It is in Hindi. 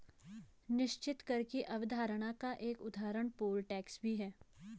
निश्चित कर की अवधारणा का एक उदाहरण पोल टैक्स भी है